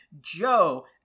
Joe